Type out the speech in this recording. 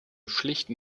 schlichten